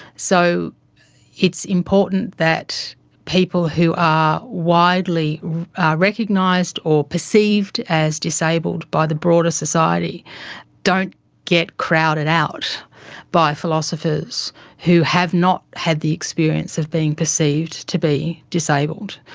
so it's important that people who are widely recognized or perceived as disabled by the broader society don't get crowded out by philosophers who have not had the experience of being perceived to be disabled.